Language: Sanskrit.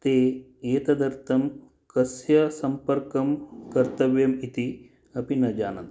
ते एतदर्थं कस्य सम्पर्कं कर्तव्यम् इति अपि न जानन्ति